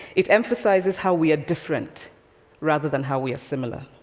it emphasizes how we are different rather than how we are similar.